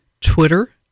Twitter